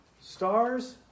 Stars